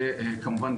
וכמובן,